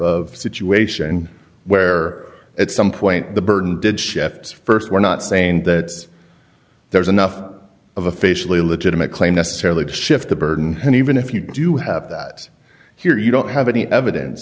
of situation where at some point the burden did shifts first we're not saying that there's enough of a facially legitimate claim necessarily to shift the burden and even if you do have that here you don't have any evidence